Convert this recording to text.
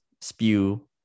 spew